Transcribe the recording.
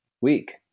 week